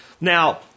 Now